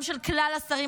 גם של כלל השרים,